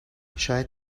شاید